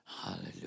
Hallelujah